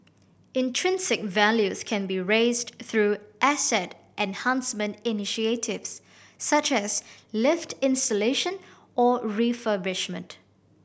intrinsic values can be raised through asset enhancement initiatives such as lift installation or refurbishment